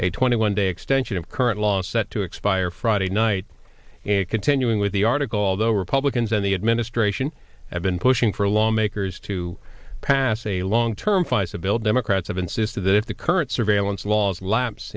a twenty one day extension of current law set to expire friday night and continuing with the article although republicans and the administration have been pushing for lawmakers to pass a long term fice a bill democrats have insisted that if the current surveillance laws laps